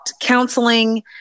counseling